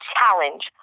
Challenge